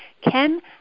Ken